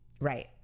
Right